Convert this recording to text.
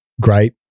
great